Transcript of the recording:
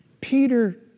Peter